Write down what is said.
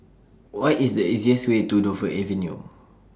What IS The easiest Way to Dover Avenue